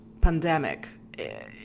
pandemic